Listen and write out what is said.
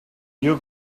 you